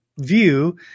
view